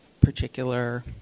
particular